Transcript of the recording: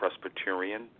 Presbyterian